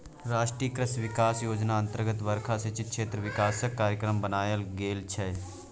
राष्ट्रीय कृषि बिकास योजना अतर्गत बरखा सिंचित क्षेत्रक बिकासक कार्यक्रम बनाएल गेल छै